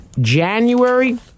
January